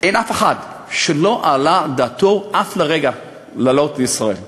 אין אף אחד שעלה על דעתו אף לרגע לעלות לישראל.